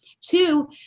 Two